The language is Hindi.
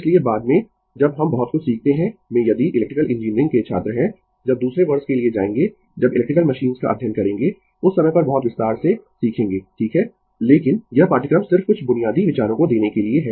इसलिए बाद में जब हम बहुत कुछ सीखते है में यदि इलेक्ट्रिकल इंजीनियरिंग के छात्र है जब दूसरे वर्ष के लिए जाएंगें जब इलेक्ट्रिकल मशीन्स का अध्ययन करेंगें उस समय पर बहुत विस्तार से सीखेंगें ठीक है लेकिन यह पाठ्यक्रम सिर्फ कुछ बुनियादी विचारों को देने के लिए है